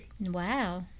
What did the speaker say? Wow